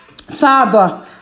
Father